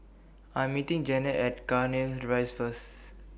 I'm meeting Janet At Cairnhill Rise First